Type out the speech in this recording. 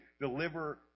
deliver